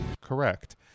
Correct